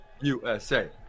USA